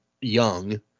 young